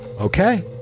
Okay